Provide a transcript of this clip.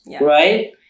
right